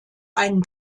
einen